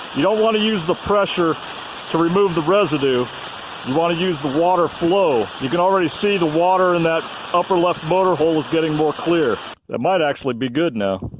you don't want to use the pressure to remove the residue you want to use the water flow. you can already see the water in that upper left motor hole is getting more clear. that might actually be good now.